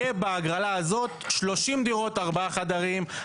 בהגרלה הזאת יהיו 30 דירות ארבעה חדרים,